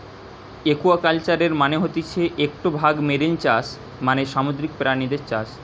একুয়াকালচারের মানে হতিছে একটো ভাগ মেরিন চাষ মানে সামুদ্রিক প্রাণীদের চাষ